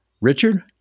Richard